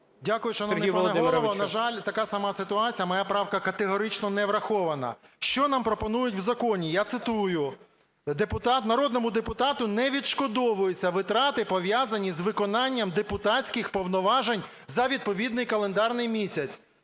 Дякую, шановний пане Голово. На жаль, така сама ситуація: моя правка категорично не врахована. Що нам пропонують в законі? Я цитую: "народному депутату не відшкодовуються витрати, пов'язані з виконанням депутатських повноважень за відповідний календарний місяць".